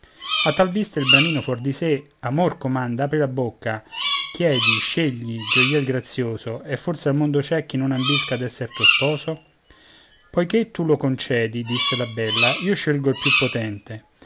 volto a tal vista il bramino fuor di sé amor comanda apri la bocca chiedi scegli gioiel grazioso e forse al mondo c'è chi non ambisca d'essere tuo sposo poiché tu lo concedi disse la bella io scelgo il più potente